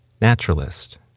Naturalist